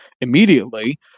immediately